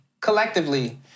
collectively